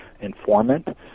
informant